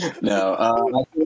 no